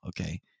okay